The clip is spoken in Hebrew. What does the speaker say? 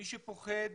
מי שפוחד